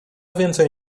więcej